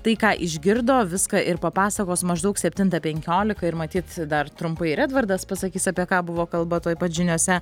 tai ką išgirdo viską ir papasakos maždaug septintą penkiolika ir matyt dar trumpai ir edvardas pasakys apie ką buvo kalba tuoj pat žiniose